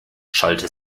schallte